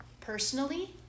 Personally